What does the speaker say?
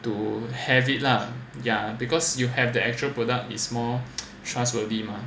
to have it lah ya because you have the actual product is more trustworthy mah